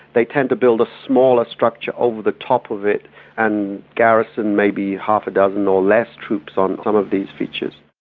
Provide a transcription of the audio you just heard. they tend to build a smaller structure over the top of it and garrison maybe half a dozen or less troops on some of these features.